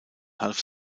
half